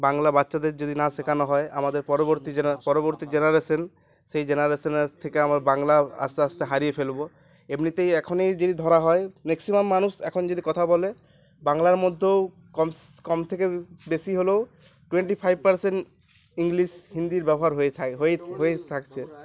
বাংলা বাচ্চাদের যদি না শেখানো হয় আমাদের পরবর্তী জেনার পরবর্তী জেনারেশান সেই জেনারেশান থেকে আমার বাংলা আস্তে আস্তে হারিয়ে ফেলবো এমনিতেই এখনই যদি ধরা হয় ম্যাক্সিমাম মানুষ এখন যদি কথা বলে বাংলার মধ্যেও কমস কম থেকে বেশি হলেও টোয়েন্টি ফাইভ পারসেন্ট ইংলিশ হিন্দির ব্যবহার হয়ে থা হয়ে হয়ে থাকছে